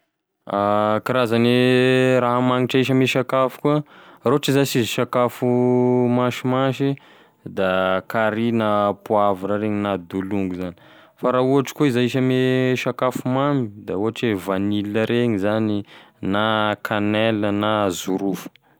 Karazane raha magnnitry ahisy ame sakafo koa, raha ohatry zash izy sakafo masimasy da carry na poavra regny na dolongo zany fa raha ohatry koa izy ahisy ame sakafo mamy da ohatry hoe vanille reny zany na canelle na zorofo.